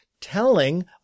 telling